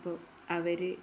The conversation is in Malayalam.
അപ്പോള് അവര്